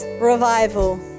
revival